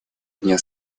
дня